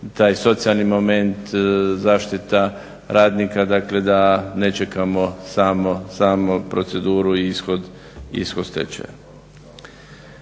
taj socijalni moment zaštita radnika dakle da ne čekamo samu proceduru i ishod stečaja.